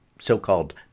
so-called